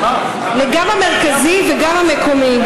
גם המרכזי וגם המקומי,